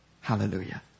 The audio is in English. Hallelujah